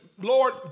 Lord